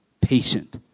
patient